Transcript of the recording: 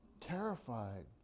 terrified